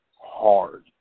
hard